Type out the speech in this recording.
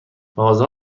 مغازه